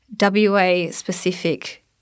WA-specific